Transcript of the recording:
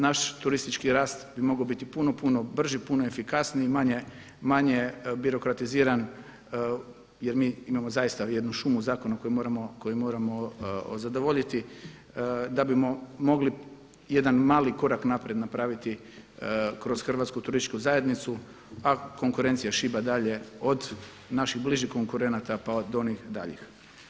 Naš turistički rast bi mogao biti puno, puno brži, puno efikasniji i manje birokratiziran jer mi imamo zaista jednu šumu zakona koju moramo zadovoljiti da bismo mogli jedan mali korak naprijed napraviti kroz Hrvatsku turističku zajednicu a konkurencija šiba dalje od naših bližih konkurenata pa do onih daljih.